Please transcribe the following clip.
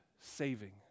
saving